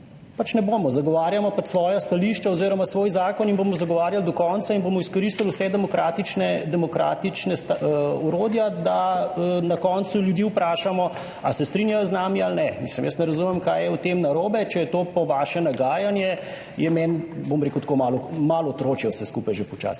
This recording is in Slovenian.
Pač ne bomo, zagovarjamo pač svoja stališča oziroma svoj zakon in bomo zagovarjali do konca in bomo izkoristili vse demokratična orodja, da na koncu ljudi vprašamo ali se strinjajo z nami ali ne. Mislim, jaz ne razumem kaj je v tem narobe, če je to po vaše nagajanje, je meni, bom rekel tako, malo malo otročje vse skupaj že počasi,